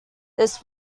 this